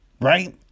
right